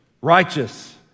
Righteous